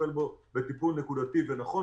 נטפל בו בטיפול נקודתי ונכון.